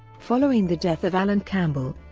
following the death of alan campbell,